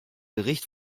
bericht